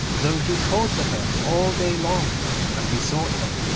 though he called to her all day long and besought her.